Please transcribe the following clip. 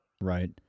right